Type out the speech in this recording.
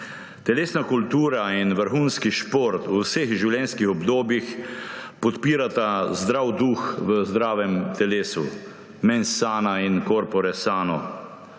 Telesna kultura in vrhunski šport v vseh življenjskih obdobjih podpirata zdrav duh v zdravem telesu, mens sana in corpore sano.